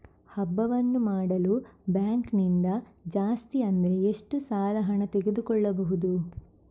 ಹಬ್ಬವನ್ನು ಮಾಡಲು ಬ್ಯಾಂಕ್ ನಿಂದ ಜಾಸ್ತಿ ಅಂದ್ರೆ ಎಷ್ಟು ಸಾಲ ಹಣ ತೆಗೆದುಕೊಳ್ಳಬಹುದು?